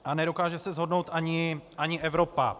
A nedokáže se shodnout ani Evropa.